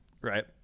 right